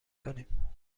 کنیم